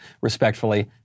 respectfully